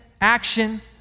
action